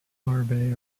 larvae